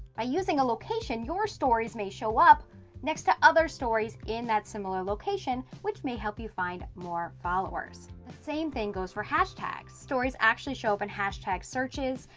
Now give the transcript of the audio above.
by using a location, your stories may show up next to other stories in that similar location which may help you find more followers. ah same thing goes for hashtags. stories actually show up in hashtag searches.